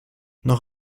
noch